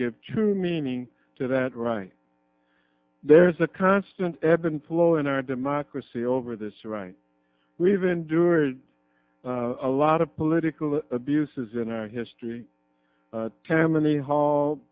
give true meaning to that right there is a constant evident flow in our democracy over this right we've endured a lot of political abuses in our history tammany hall